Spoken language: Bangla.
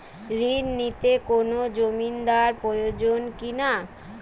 ঋণ নিতে কোনো জমিন্দার প্রয়োজন কি না?